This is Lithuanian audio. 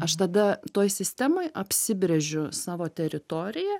aš tada toj sistemoj apsibrėžiu savo teritoriją